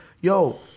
yo